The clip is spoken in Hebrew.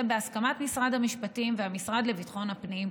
בהסכמת משרד המשפטים והמשרד לביטחון הפנים,